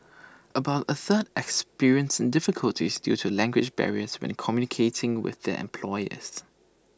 about A third experienced difficulties due to language barriers when communicating with their employers